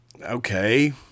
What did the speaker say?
okay